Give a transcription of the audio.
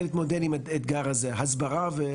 דרך ולקראת חתימה על הסכם עם החברה לשירותי איכות סביבה.